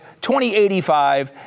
2085